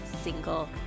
single